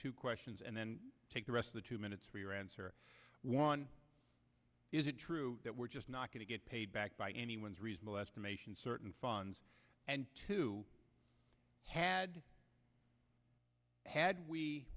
two questions and then take the rest of the two minutes for your answer one is it true that we're just not going to get paid back by anyone's reasonable estimation certain funds and two had had we